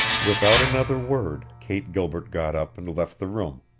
without another word, kate gilbert got up and left the room,